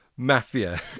Mafia